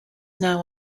now